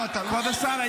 סליחה, כבוד השר.